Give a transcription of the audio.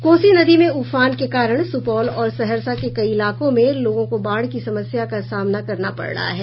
कोसी नदी में उफान के कारण सुपौल और सहरसा के कई इलाकों में लोगों को बाढ़ की समस्या का सामना करना पड़ रहा है